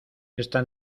esta